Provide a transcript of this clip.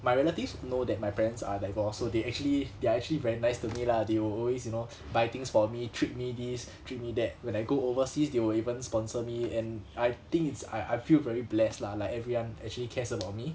my relatives know that my parents are divorced so they actually they are actually very nice to me lah they will always you know buy things for me treat me this treat me that when I go overseas they will even sponsor me and I think it's I I feel very blessed lah like everyone actually cares about me